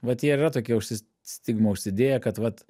vat jie ir yra tokie užsis stigmą užsidėję kad vat